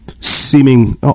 seeming